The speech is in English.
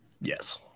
Yes